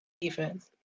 Defense